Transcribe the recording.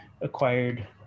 acquired